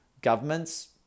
governments